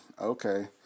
okay